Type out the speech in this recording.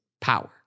power